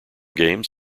games